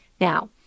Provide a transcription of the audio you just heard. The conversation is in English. now